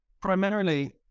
primarily